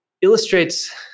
illustrates